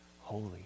holy